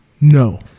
no